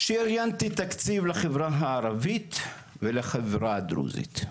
שריינתי תקציב לחברה הערבית ולחברה הדרוזית,